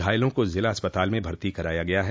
घायलों को जिला अस्पताल में भर्ती कराया गया है